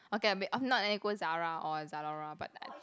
okay I mean of not then you go Zara or Zalora but like